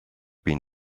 been